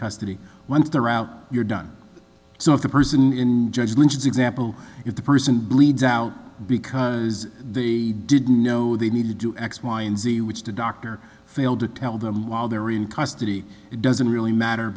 custody once they're out you're done so if the person in judgment is example if the person bleeds out because they didn't know they need to do x y and z which the doctor failed to tell them while they're really custody it doesn't really matter